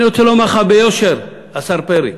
אני רוצה לומר לך ביושר, השר פרי,